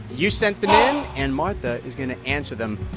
you sent them in, and martha is going to answer them.